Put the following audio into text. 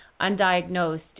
undiagnosed